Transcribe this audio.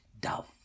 dove